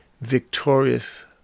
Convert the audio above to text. victorious